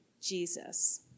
Jesus